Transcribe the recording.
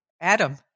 Adam